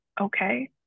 okay